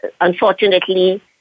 unfortunately